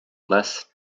less